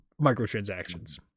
microtransactions